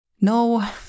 No